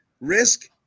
risk